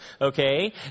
okay